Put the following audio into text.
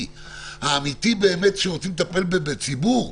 האמיתי באמת כשרוצים לטפל בציבור.